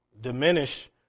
diminish